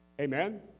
Amen